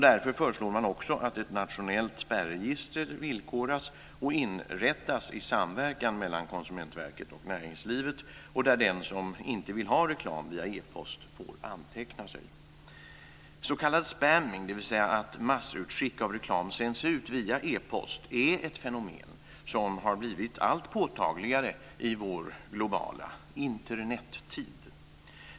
Därför föreslår man också att ett nationellt spärregister villkoras och inrättas i samverkan mellan Konsumentverket och näringslivet, där den som inte vill ha reklam via e-post får anteckna sig. S.k. spamming, dvs. att massutskick av reklam sänds ut via e-post, är ett fenomen som har blivit allt påtagligare i vår globala Internettid.